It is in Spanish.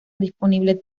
disponibles